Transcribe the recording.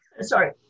Sorry